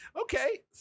Okay